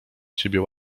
ciebie